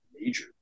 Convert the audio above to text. major